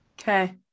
Okay